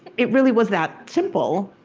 it really was that simple.